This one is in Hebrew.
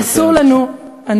אסור לנו, אם אפשר לסיים בבקשה.